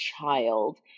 child